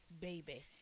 baby